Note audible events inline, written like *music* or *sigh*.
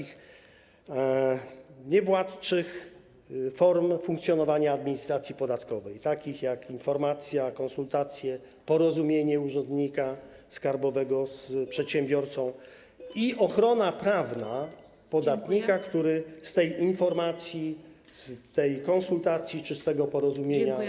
Chodzi o niewładcze formy funkcjonowania administracji podatkowej, takie jak informacja, konsultacje, porozumienie urzędnika skarbowego z przedsiębiorcą *noise* i ochrona prawna podatnika, który do tej informacji, tej konsultacji czy tego porozumienia.